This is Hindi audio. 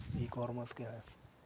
ई कॉमर्स क्या है?